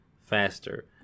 faster